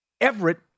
Everett